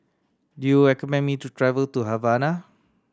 do you recommend me to travel to Havana